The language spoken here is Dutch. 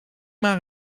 maar